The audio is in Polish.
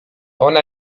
ona